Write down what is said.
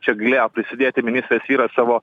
čia galėjo prisidėti ministrės vyras savo